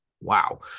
wow